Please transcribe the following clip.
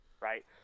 right